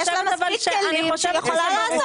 יש לה מספיק כלים שהיא יכולה לעשות.